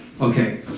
Okay